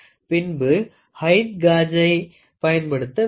பின்பு ஹைட் காஜய் பயன்படுத்த வேண்டும்